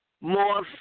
more